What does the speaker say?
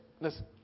Listen